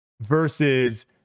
versus